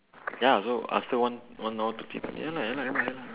ya lah so ah still one one hour thirty minute lah ya lah ya lah ya lah